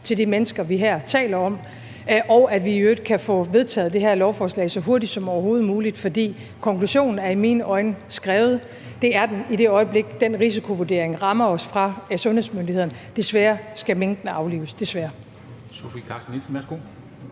til de mennesker, vi her taler om, og at vi i øvrigt kan få vedtaget det her lovforslag så hurtigt som overhovedet muligt, for konklusionen er i mine øjne skrevet, og det er den i det øjeblik, den risikovurdering fra sundhedsmyndighedernes side rammer os: